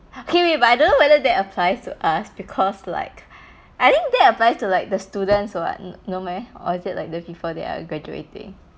okay wait but I don't know whether that applies to us because like I think that applies to like the students or what no no meh or is it like the people that are graduating